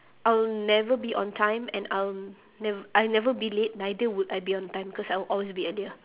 I'll never be on time and I'll nev~ I'll never be late neither would I be on time cause I would always be earlier